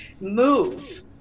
move